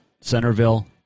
Centerville